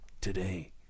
today